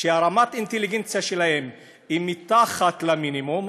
שרמת האינטליגנציה שלהם היא מתחת למינימום,